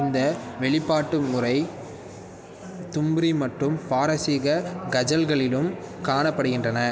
இந்த வெளிப்பாட்டு முறை தும்ரி மற்றும் பாரசீக கஜல்களிலும் காணப்படுகின்றன